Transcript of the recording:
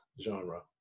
genre